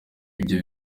ibyo